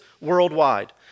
worldwide